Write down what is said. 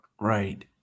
Right